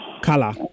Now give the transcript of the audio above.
Color